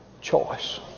choice